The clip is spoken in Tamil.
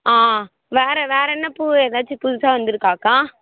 ஆ வேறு வேறு என்ன பூ எதாச்சும் புதுசாக வந்துருக்காக்கா